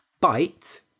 Bite